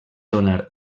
donar